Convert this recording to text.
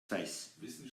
face